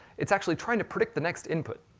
it's actually trying to predict the next input.